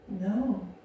No